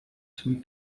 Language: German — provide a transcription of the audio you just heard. zum